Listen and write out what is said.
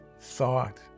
thought